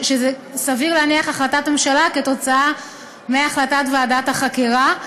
סביר להניח שזו החלטת ממשלה כתוצאה מהחלטת ועדת החקירה,